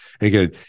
Again